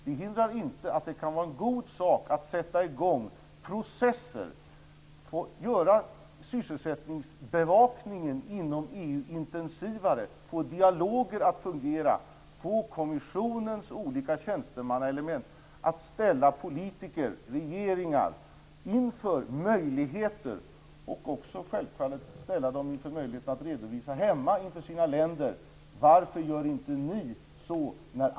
Det hindrar inte att det kan vara en god sak att sätta i gång processer och göra sysselsättningsbevakningen inom EU intensivare, få dialoger att fungera och få kommissionens olika tjänstemannaelement att ställa politiker/regeringar inför möjligheter, självfallet också hemma inför sina länder, att redovisa. Varför gör inte ni så?